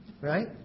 right